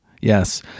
Yes